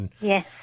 Yes